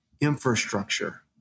infrastructure